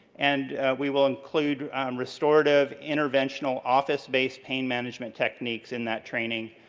and we will include restorative interventional office-based pain management techniques in that training.